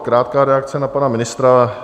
Krátká reakce na pana ministra.